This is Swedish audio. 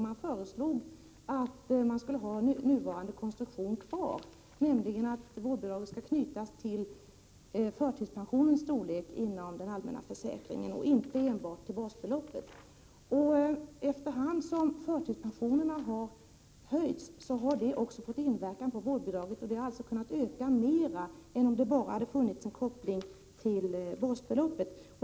Man föreslog att nuvarande konstruktion skulle bibehållas, nämligen att vårdbidraget skall knytas till förtidspensionens storlek inom den allmänna försäkringen och inte enbart till basbeloppet. Efterhand som förtidspensionerna har höjts har det fått inverkan också på vårdbidraget, och det har alltså kunnat öka mer än om det bara hade funnits en koppling till basbeloppet.